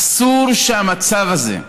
אסור שהמצב הזה,